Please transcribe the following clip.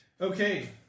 Okay